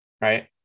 right